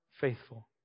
faithful